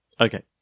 Okay